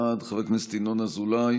בעד, חבר הכנסת ינון אזולאי